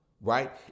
right